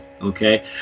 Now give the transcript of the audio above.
okay